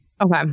Okay